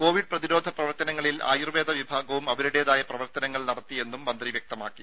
Covid പ്രതിരോധ പ്രവർത്തനങ്ങളിൽ ആയുർവേദ വിഭാഗവും അവരുടേതായ പ്രവർത്തനങ്ങൾ നടത്തിയെന്നും മന്ത്രി വ്യക്തമാക്കി